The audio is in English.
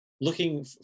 looking